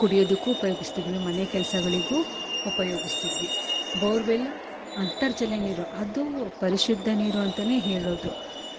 ಕುಡಿಯುದಕ್ಕು ಉಪಯೊಗಿಸ್ತಿದ್ವಿ ಮನೆ ಕೆಲ್ಸಗಳಿಗೂ ಉಪಯೋಗಿಸ್ತಿದ್ವಿ ಬೋರ್ವೆಲ್ ಅಂತರ್ಜಲ ನೀರು ಅದು ಪರಿಶುದ್ಧ ನೀರು ಅಂತ ಹೇಳೋದು